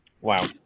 Wow